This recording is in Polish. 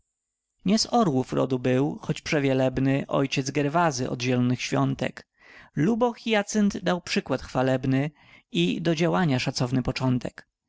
orłów rodu był choć przewielebny ojciec gerwazy od zielonych świątek lubo hyacynt dał przykład chwalebny i do działania szacowny początek